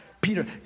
Peter